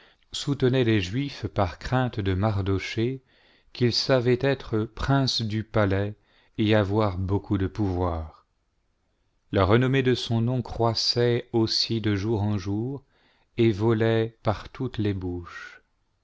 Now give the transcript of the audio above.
soutenaient les juifs par crainte de maroc qu'il savait être prince du palais et avoir beaucoup de pouvoir la renommée de son nom croissait aussi de jour en jour et volait par toutes les bouches